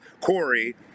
Corey –